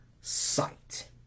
sight